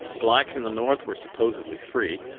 blacks in the north were supposedly free,